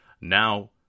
Now